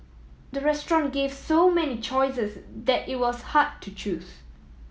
the restaurant gave so many choices that it was hard to choose